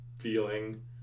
feeling